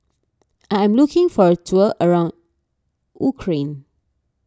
I am looking for a tour around Ukraine